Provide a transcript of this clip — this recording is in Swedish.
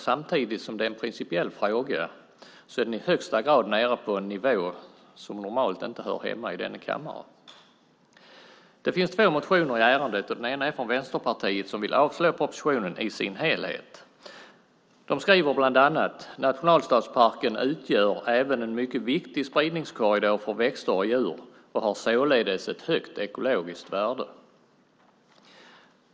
Samtidigt som det är en principiell fråga är den i högsta grad nere på en nivå som normalt inte hör hemma i denna kammare. Två motioner behandlas i ärendet. Den ena är från Vänsterpartiet, som vill att propositionen i dess helhet ska avslås. De skriver bland annat: "Nationalstadsparken utgör även en mycket viktig spridningskorridor för växter och djur och har således ett högt ekologiskt värde."